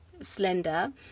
slender